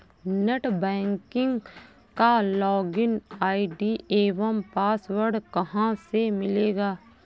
Net banking का login ID एवं password कहाँ से मिलेगा?